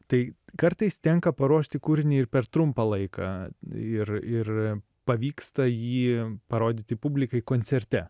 tai kartais tenka paruošti kūrinį ir per trumpą laiką ir ir pavyksta jį parodyti publikai koncerte